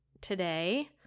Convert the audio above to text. today